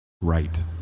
Right